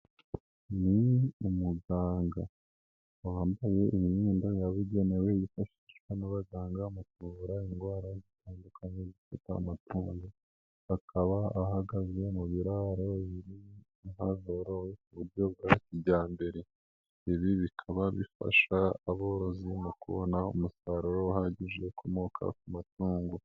Ni umuganga wambaye imyenda yabugenewe yifashishwa n'abaganga mu kuvura indwara zitandukanye zifata amatungo, akaba ahagaze mu biraro biri ahororerwa ku buryo bwa kijyambere. Ibi bikaba bifasha aborozi mu kubona umusaruro uhagije ukomoka ku matungo.